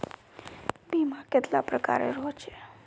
बीमा कतेला प्रकारेर होचे?